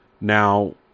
Now